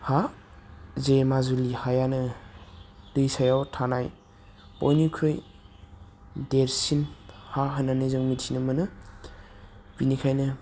हा जे माजुलि हायानो दैसायाव थानाय बयनिख्रुइ देरसिन हा होननानै जों मिथिनो मोनो बिनिखायनो